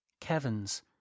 Kevin's